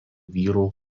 vyrų